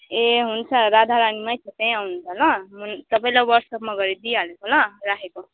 ए हुन्छ राधारानीमै छ त्यहाँ आउनु त ल मैले तपाईँलाई वाट्सएपमा गरिदिई हाल्छु ल राखेको